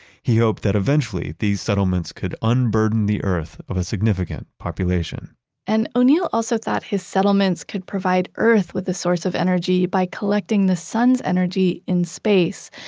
he hoped that eventually these settlements could unburden the earth of a significant population and o'neill also thought his settlements could provide earth with a source of energy by collecting the sun's energy in space,